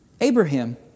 Abraham